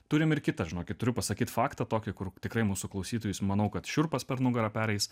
turim ir kitą žinokit turiu pasakyt faktą tokį kur tikrai mūsų klausytojus manau kad šiurpas per nugarą pereis